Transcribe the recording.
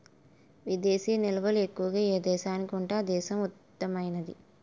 విదేశీ నిల్వలు ఎక్కువగా ఏ దేశానికి ఉంటే ఆ దేశం ఉత్తమమైనది